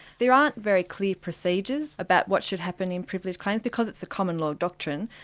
there aren't very clear procedures about what should happen in privilege claims, because it's a common law doctrine,